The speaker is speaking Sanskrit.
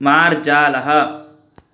मार्जालः